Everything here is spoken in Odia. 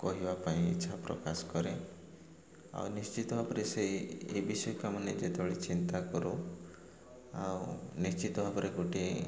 କହିବା ପାଇଁ ଇଚ୍ଛା ପ୍ରକାଶ କରେ ଆଉ ନିଶ୍ଚିତ ଭାବରେ ସେଇ ଏ ବିଷୟ ମାନେ ଯେତେବେଳେ ଚିନ୍ତା କରୁ ଆଉ ନିଶ୍ଚିତ ଭାବରେ ଗୋଟିଏ